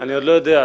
אני עוד לא יודע.